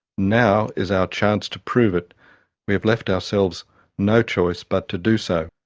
now is our chance to prove it we have left ourselves no choice but to do so.